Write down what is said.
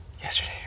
yesterday